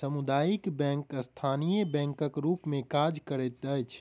सामुदायिक बैंक स्थानीय बैंकक रूप मे काज करैत अछि